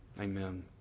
Amen